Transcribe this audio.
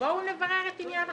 בואו נברר את עניין החסינות,